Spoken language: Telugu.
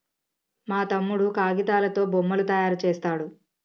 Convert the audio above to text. మా తమ్ముడు కాగితాలతో బొమ్మలు తయారు చేస్తాడు